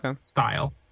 style